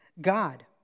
God